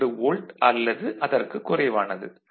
2 volt அல்லது அதற்கு குறைவானது